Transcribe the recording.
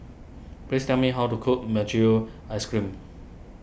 please tell me how to cook Mochi Yu Ice Cream